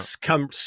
come